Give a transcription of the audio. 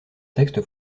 texte